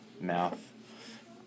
mouth